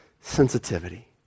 Sensitivity